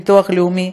ביטוח לאומי.